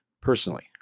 personally